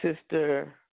Sister